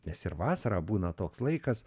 nes ir vasarą būna toks laikas